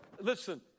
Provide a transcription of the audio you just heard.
listen